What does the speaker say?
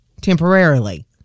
temporarily